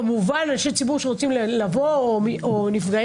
כמובן אנשי ציבור שרוצים לבוא או נפגעים.